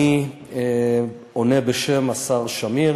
אני עונה בשם השר שמיר.